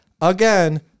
again